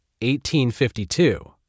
1852